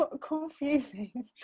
confusing